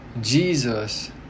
Jesus